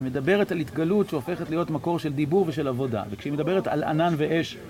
מדברת על התגלות שהופכת להיות מקור של דיבור ושל עבודה וכשהיא מדברת על ענן ואש